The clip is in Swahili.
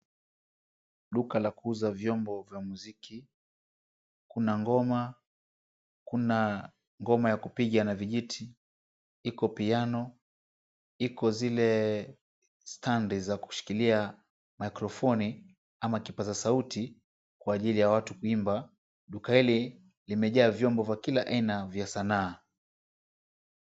Duka la kuuza vyombo vya muziki. Kuna ngoma, kuna ngoma ya kupiga na vijiti, iko piano, iko zile standi za kushikilia (cs)mikrofoni(cs) ama kipaza sauti kwa ajili ya watu kuimba. Duka hili limejaa vyombo vya kila aina vya sanaa.